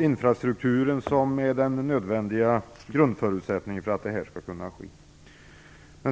Infrastrukturen är alltså den nödvändiga grundförutsättningen för att det här skall kunna ske.